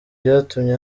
byatumye